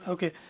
Okay